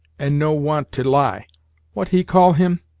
and no want to lie what he call him?